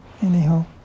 Anyhow